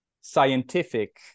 scientific